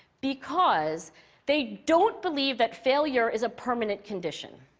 because they don't believe that failure is a permanent condition.